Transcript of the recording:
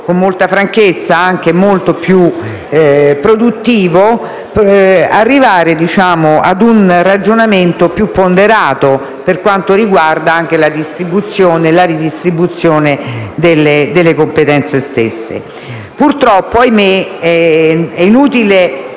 con molta franchezza - anche molto più produttivo arrivare a un ragionamento più ponderato per quanto riguarda la ridistribuzione delle competenze stesse. Purtroppo è inutile citare